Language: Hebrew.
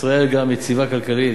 ישראל גם יציבה כלכלית,